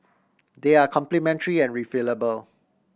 they are complementary and refillable